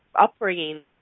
upbringing